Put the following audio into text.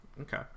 Okay